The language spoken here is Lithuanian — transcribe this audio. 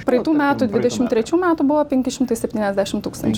praeitų metų dvidešimt trečių metų buvo penki šimtai septyniasdešimt tūkstančių